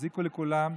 יזיקו לכולם,